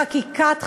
חקיקת חירום?